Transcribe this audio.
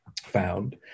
found